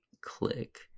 click